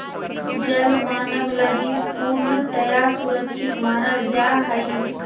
जल मानव लगी पूर्णतया सुरक्षित मानल जा हइ